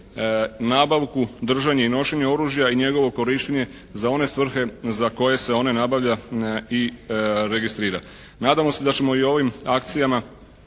nabavku, držanje i nošenje oružja i njegovo korištenje za one svrhe za koje se on nabavlja i registrira. Nadamo se da ćemo i ovim akcijama